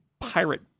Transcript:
pirate